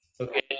okay